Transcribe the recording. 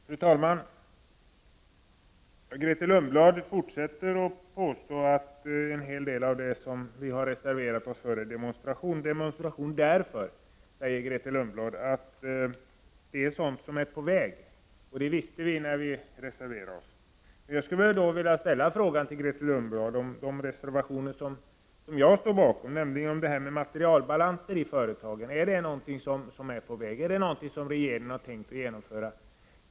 Fru talman! Grethe Lundblad fortsätter att påstå att en hel del av det som vi har reserverat oss för innebär demonstration därför att det gäller sådant som är på väg, vilket vi visste när vi reserverade oss. Jag vill då fråga Grethe Lundblad om den reservation som jag står bakom beträffande materialbalanser i företagen gäller någonting som är på väg, någonting som regeringen har tänkt genomföra.